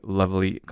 lovely